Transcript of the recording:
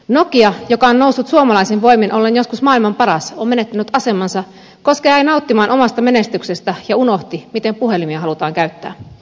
nokia joka on noussut suomalaisin voimin ollen joskus maailman paras on menettänyt asemansa koska jäi nauttimaan omasta menestyksestään ja unohti miten puhelimia halutaan käyttää